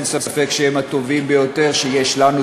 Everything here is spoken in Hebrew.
אין ספק שהם הטובים ביותר שיש לנו,